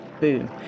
boom